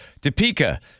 Topeka